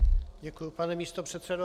Děkuji, pane místopředsedo.